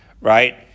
right